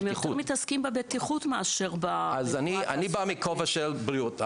אבל הם יותר מתעסקים בבטיחות מאשר --- אני בא מכובע של בריאות.